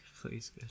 please